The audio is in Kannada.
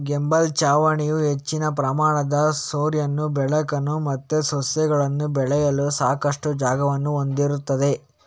ಗೇಬಲ್ ಛಾವಣಿಯು ಹೆಚ್ಚಿನ ಪ್ರಮಾಣದ ಸೂರ್ಯನ ಬೆಳಕನ್ನ ಮತ್ತೆ ಸಸ್ಯಗಳನ್ನ ಬೆಳೆಯಲು ಸಾಕಷ್ಟು ಜಾಗವನ್ನ ಹೊಂದಿರ್ತದೆ